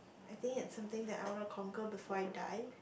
I think it something that I want to conquer before I die